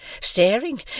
staring